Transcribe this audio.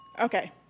Okay